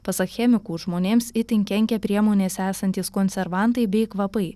pasak chemikų žmonėms itin kenkia priemonėse esantys konservantai bei kvapai